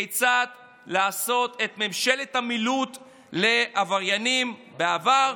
זה כיצד לעשות את ממשלת המילוט לעבריינים בעבר,